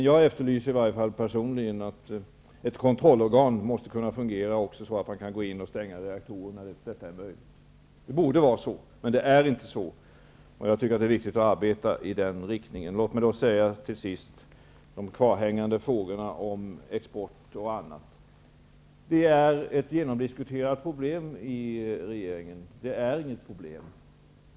Jag efterlyser i varje fall personligen att ett kontrollorgan måste fungera också så, att det kan gå in och stänga av reaktorerna där detta är möjligt -- det borde vara så, men det är inte så. Jag tycker att det är viktigt att arbeta i den riktningen. Låt mig då till sist beträffande de kvarhängande frågorna om bl.a. export säga att de är genomdiskuterade i regeringen -- det är inget problem.